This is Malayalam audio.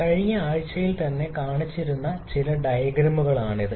കഴിഞ്ഞ ആഴ്ച തന്നെ കാണിച്ച ചില ഡയഗ്രാമുകളാണിത്